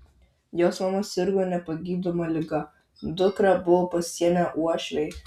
jos mama sirgo nepagydoma liga dukrą buvo pasiėmę uošviai